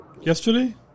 Yesterday